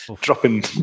dropping